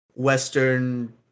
Western